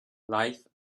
life